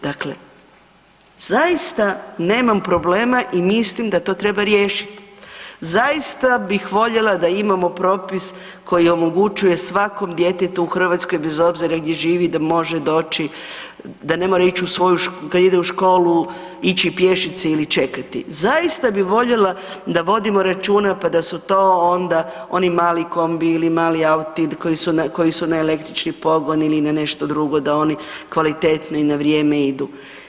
Dakle, zaista nemam problema i mislim da to treba riješit, zaista bih voljela da imamo propis koji omogućuje svakom djetetu u Hrvatskoj bez obzira gdje živi da može doći da ne mora ići kada ide u školu ići pješice ili čekati, zaista bi voljela da vodimo računa pa da su to onda oni mali kombiji ili mali auti koji su na električni pogon ili na nešto drugo da oni kvalitetno i na vrijeme idu.